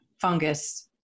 fungus